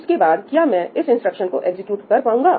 उसके बाद क्या मैं इस इंस्ट्रक्शन को एग्जीक्यूट कर पाऊंगा